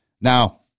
Now